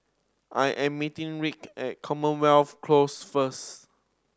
I am meeting Rick at Commonwealth Close first